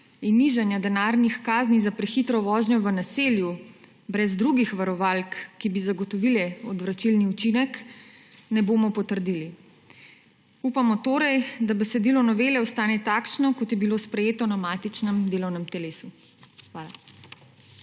in nižanja denarnih kaznih za prehitro vožnjo v naselju brez drugih varovalk, ki bi zagotovile odvračilni učinek, ne bomo potrdili. Upamo torej, da besedilo novele ostane takšno, kot je bilo sprejeto na matičnem delovnem telesu. Hvala.